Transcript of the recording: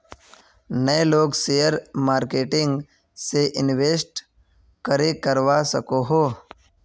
नय लोग share marketing में इंवेस्ट करे करवा सकोहो?